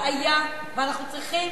בעיה ואנחנו צריכים